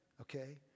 Okay